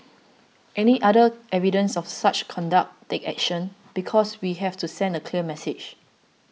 any other evidence of such conduct take action because we have to send a clear message